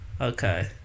Okay